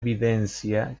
evidencia